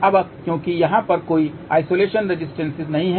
अब क्योंकि यहाँ पर कोई आइसोलेशन रेसिस्टेन्से नहीं है